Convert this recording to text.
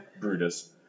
Brutus